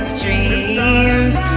dreams